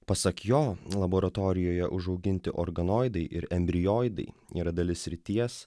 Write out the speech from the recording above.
pasak jo laboratorijoje užauginti organoidai ir embrionai yra dalis srities